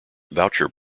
voucher